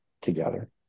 together